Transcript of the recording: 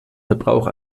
verbrauch